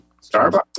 Starbucks